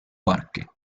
parque